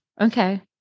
Okay